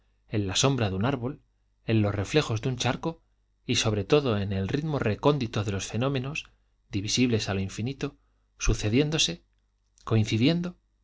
en la sombra de un árbol en los reflejos de un charco y sobre todo en el ritmo recóndito de los fenómenos divisibles a lo infinito sucediéndose coincidiendo